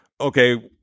okay